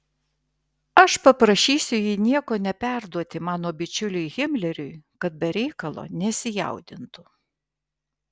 aš paprašysiu jį nieko neperduoti mano bičiuliui himleriui kad be reikalo nesijaudintų